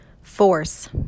Force